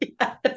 Yes